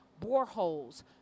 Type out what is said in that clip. boreholes